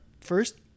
first